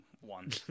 one